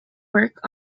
work